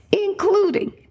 including